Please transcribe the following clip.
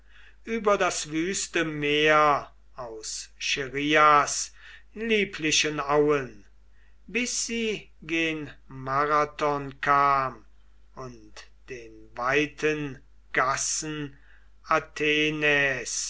über das wüste meer aus scherias lieblichen auen bis sie gen marathon kam und den weiten gassen athenais